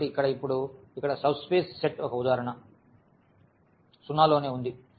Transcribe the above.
కాబట్టి ఇక్కడ ఇప్పుడు ఇక్కడ సబ్ స్పేస్ సెట్ ఒక ఉదాహరణ 0 లోనే ఉంది